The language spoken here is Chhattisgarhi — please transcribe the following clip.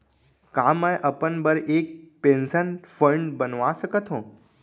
का मैं अपन बर एक पेंशन फण्ड बनवा सकत हो?